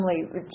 family